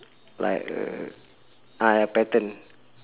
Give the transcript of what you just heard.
like uh ah a pattern